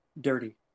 dirty